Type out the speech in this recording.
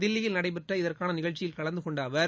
தில்லியில் நடைபெற்ற இதற்கான நிகழ்ச்சியில் கலந்து கொண்ட அவர்